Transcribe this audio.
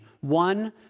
one